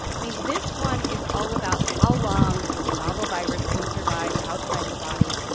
i mean, this one is all about how long this novel virus can survive outside the body.